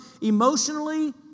emotionally